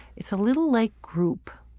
it's a little like group.